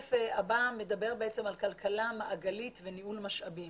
השקף הבא מדבר על כלכלה מעגלית וניהול משאבים.